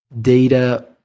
data